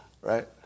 right